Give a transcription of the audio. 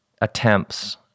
attempts